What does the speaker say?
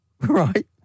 Right